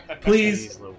Please